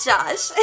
Josh